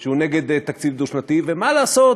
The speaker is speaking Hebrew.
שהוא נגד תקציב דו-שנתי, ומה לעשות,